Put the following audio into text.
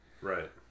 Right